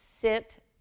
sit